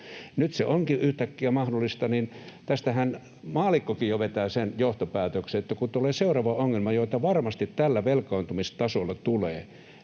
nyt se onkin yhtäkkiä mahdollista — niin tästähän maallikkokin jo vetää sen johtopäätöksen, että kun tulee seuraava ongelma, joita varmasti tällä velkaantumistasolla tulee,